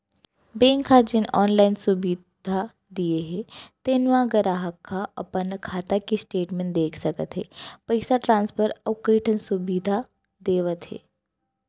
bank ह जेन online सुबिधा दिये हे तेन म गराहक ह अपन खाता के स्टेटमेंट देख सकत हे, पइसा ट्रांसफर अउ कइ ठन सुबिधा देवत हे